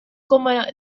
coma